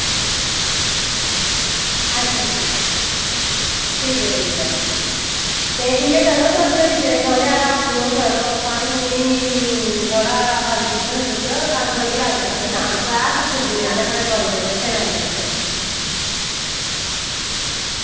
अच्छा अच्छा ठीक ऐ ठीक ऐ ते इं'या करो तुस थोह्ड़ा हारा इं'या करो तुस पानी थोह्ड़ा इंया अग्गी पर सुट्टो ते अग्ग थोह्ड़ी शांत होऐ अग्ग पुज्जने आह्ले न कोई दस्सें मिंटां च